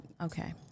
Okay